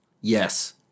yes